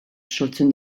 sortzen